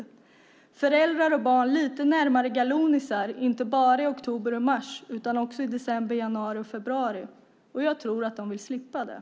Den har tagit föräldrar och barn lite närmare galonisar, inte bara i oktober och mars och utan också i december, januari och februari. Jag tror att de vill slippa det.